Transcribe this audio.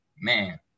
man